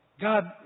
God